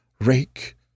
rake